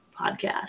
podcast